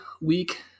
week